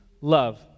love